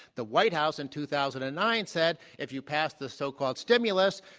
the white house in two thousand and nine said if you pass the so-called stimulus,